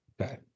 Okay